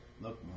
look